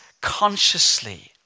consciously